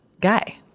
guy